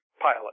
pilot